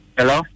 Hello